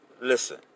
listen